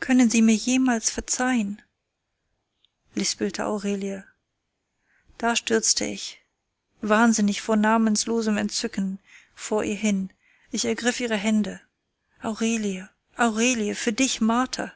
können sie mir jemals verzeihen lispelte aurelie da stürzte ich wahnsinnig vor namenlosem entzücken vor ihr hin ich ergriff ihre hände aurelie aurelie für dich marter